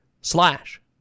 slash